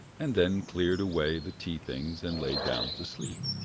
and then cleared away the tea-things and lay down to sleep.